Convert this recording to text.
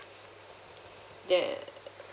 that